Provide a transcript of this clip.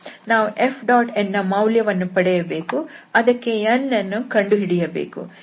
ನಾವು Fn ನ ಮೌಲ್ಯವನ್ನು ಪಡೆಯಬೇಕು ಅದಕ್ಕೆ n ಕಂಡುಹಿಡಿಯಬೇಕು